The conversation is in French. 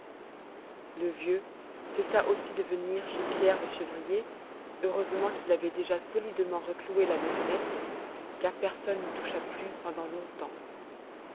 le vieux cessa aussi de venir chez pierre le chevrier heureusement qu'il avait déjà solidement recloué la maisonnette car personne n'y toucha plus pendant longtemps